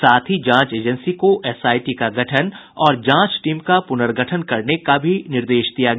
साथ ही जांच एजेंसी को एसआईटी का गठन और जांच टीम का पुनर्गठन करने का भी निर्देश दिया गया